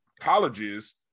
colleges